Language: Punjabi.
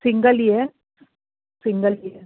ਸਿੰਗਲ ਹੀ ਹੈ ਸਿੰਗਲ